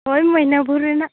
ᱦᱳᱭ ᱢᱟᱹᱭᱱᱟᱹ ᱵᱷᱳᱨ ᱨᱮᱱᱟᱜ